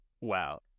Wow